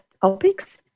topics